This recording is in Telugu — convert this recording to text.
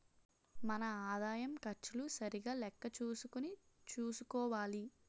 మన ఆదాయం ఖర్చులు సరిగా లెక్క చూసుకుని చూసుకోవాలి